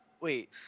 wait